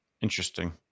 interesting